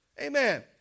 Amen